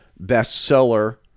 bestseller